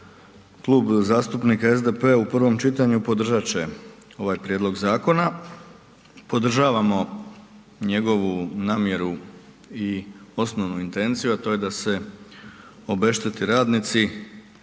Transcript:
Klub zastupnika SDP-a u prvom čitanju podržat će ovaj prijedlog zakona, podržavamo njegovu namjeru i osnovnu intenciju a to je da se obešteti radnici